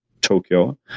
Tokyo